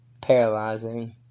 paralyzing